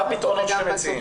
מה הפתרון שאתם מציעים?